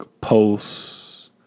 posts